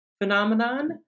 phenomenon